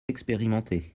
expérimenté